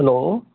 hello